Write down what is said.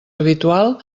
habitual